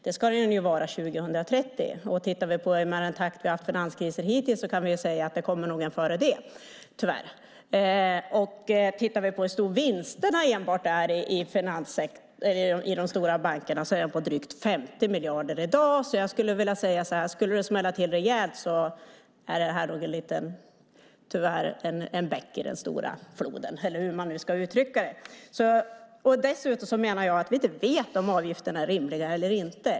Det ska den ju vara år 2030, och med den takt som vi har haft finanskriser hittills kommer det nog en kris före dess, tyvärr. När det gäller hur stora vinsterna är enbart i de stora bankerna är de drygt 50 miljarder i dag, så om det skulle smälla till rejält är det nog, tyvärr, en liten bäck i den stora floden, eller hur man nu ska uttrycka det. Dessutom menar jag att vi inte vet om avgifterna är rimliga eller inte.